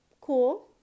cool